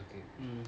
mmhmm